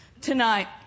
tonight